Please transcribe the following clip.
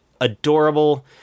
Adorable